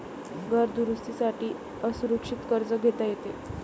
घर दुरुस्ती साठी असुरक्षित कर्ज घेता येते